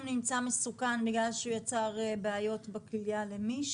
נמצא מסוכן בגלל שהוא יצר בעיות בכליה למישהי,